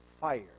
fire